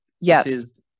yes